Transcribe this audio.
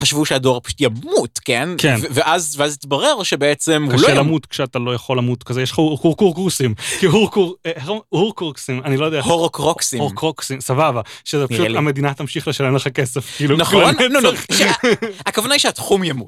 חשבו שהדור פשוט ימות, כן? כן. ואז התברר שבעצם הוא לא... קשה למות כשאתה לא יכול למות כזה. יש הורקורקוסים, כי הור... הורקורקסים, אני לא יודע... הורקרוקסים. הורקרוקסים, סבבה. שזה פשוט, המדינה תמשיך לשלם לך כסף אפילו. נכון? נו, נו, הכוונה היא שהתחום ימות.